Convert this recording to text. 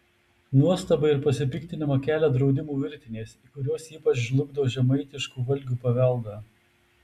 nuostabą ir pasipiktinimą kelia draudimų virtinės kurios ypač žlugdo žemaitiškų valgių paveldą